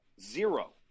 zero